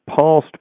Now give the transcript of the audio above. past